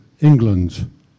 England